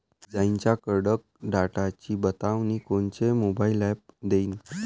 इजाइच्या कडकडाटाची बतावनी कोनचे मोबाईल ॲप देईन?